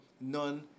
none